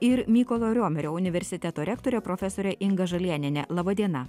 ir mykolo riomerio universiteto rektorė profesorė inga žalėnienė laba diena